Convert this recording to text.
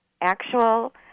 actual